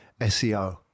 SEO